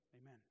Amen